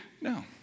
No